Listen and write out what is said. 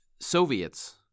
Soviets